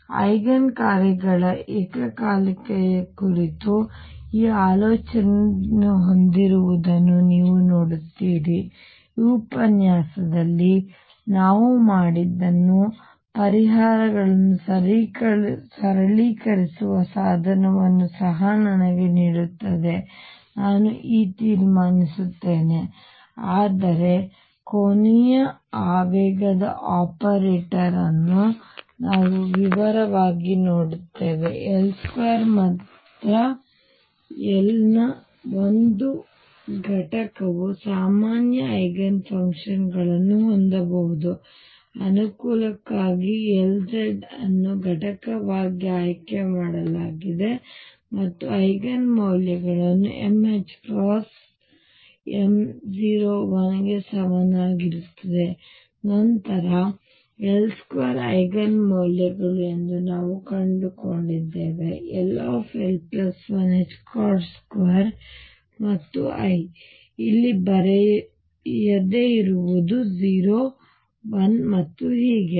ಆದ್ದರಿಂದ ಐಗನ್ ಕಾರ್ಯಗಳ ಏಕಕಾಲಿಕತೆಯ ಕುರಿತು ಈ ಆಲೋಚನೆಯನ್ನು ಹೊಂದಿರುವುದನ್ನು ನೀವು ನೋಡುತ್ತೀರಿ ಈ ಉಪನ್ಯಾಸದಲ್ಲಿ ನಾವು ಮಾಡಿದ್ದನ್ನು ನನ್ನ ಪರಿಹಾರಗಳನ್ನು ಸರಳೀಕರಿಸುವ ಸಾಧನವನ್ನು ಸಹ ನನಗೆ ನೀಡುತ್ತದೆ ನಾನು ಈಗ ತೀರ್ಮಾನಿಸುತ್ತೇನೆ ಅದು ಕೋನೀಯ ಆವೇಗ ಆಪರೇಟರ್ ಅನ್ನು ನಾವು ವಿವರವಾಗಿ ನೋಡುತ್ತೇವೆ L2 ಮಾತ್ರ ಮತ್ತು L ನ ಒಂದು ಘಟಕವು ಸಾಮಾನ್ಯ ಐಗನ್ ಫಂಕ್ಷನ್ ಗಳನ್ನು ಹೊಂದಬಹುದು ಅನುಕೂಲಕ್ಕಾಗಿ Lz ಅನ್ನು ಘಟಕವಾಗಿ ಆಯ್ಕೆಮಾಡಲಾಗಿದೆ ಮತ್ತು ಐಗನ್ ಮೌಲ್ಯಗಳು m ℏ m 0 1 ಕ್ಕೆ ಸಮನಾಗಿರುತ್ತದೆ ಮತ್ತು ನಂತರL2 ಐಗನ್ ಮೌಲ್ಯಗಳು ಎಂದು ನಾವು ಕಂಡುಕೊಂಡಿದ್ದೇವೆ ll12 ಮತ್ತು I ನಾನು ಅಲ್ಲಿ ಬರೆಯದೇ ಇರುವುದು 0 1 ಮತ್ತು ಹೀಗೆ